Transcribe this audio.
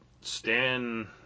stan